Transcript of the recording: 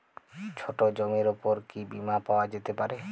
ছোট জমির উপর কি বীমা পাওয়া যেতে পারে?